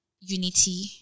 unity